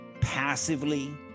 passively